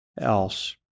else